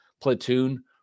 platoon